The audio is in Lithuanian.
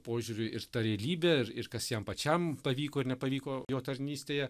požiūriu ir ta realybė ir ir kas jam pačiam pavyko ir nepavyko jo tarnystėje